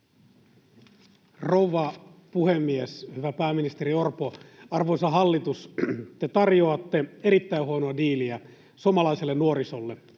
Rouva puhemies! Hyvä pääministeri Orpo, arvoisa hallitus, te tarjoatte erittäin huonoa diiliä suomalaiselle nuorisolle.